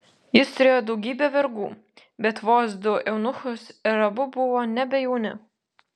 jis turėjo daugybę vergų bet vos du eunuchus ir abu buvo nebe jauni